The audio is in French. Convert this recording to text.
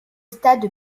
stade